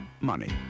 Money